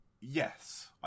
Yes